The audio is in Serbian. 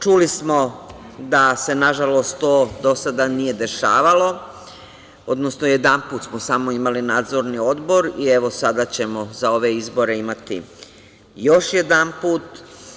Čuli smo da se, nažalost, to do sada nije dešavalo, odnosno jedanput smo samo imali Nadzorni odbor i evo sada ćemo za ove izbori imati još jedanput.